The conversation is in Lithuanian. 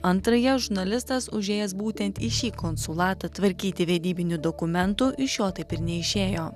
antrąją žurnalistas užėjęs būtent į šį konsulatą tvarkyti vedybinių dokumentų iš jo taip ir neišėjo